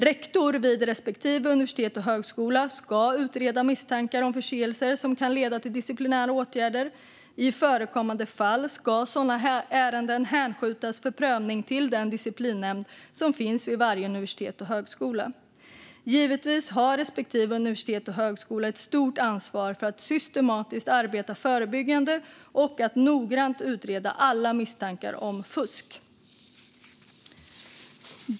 Rektor vid respektive universitet och högskola ska utreda misstankar om förseelser som kan leda till disciplinära åtgärder. I förekommande fall ska sådana ärenden hänskjutas för prövning till den disciplinnämnd som finns vid varje universitet och högskola. Givetvis har respektive universitet och högskola ett stort ansvar för att systematiskt arbeta förebyggande och att noggrant utreda alla misstankar om fusk.